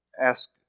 ask